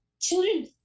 Children